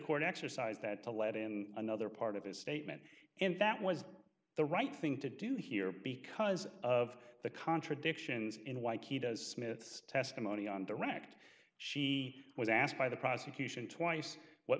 court exercised that to let in another part of his statement and that was the right thing to do here because of the contradictions in white he does smith's testimony on direct she was asked by the prosecution twice what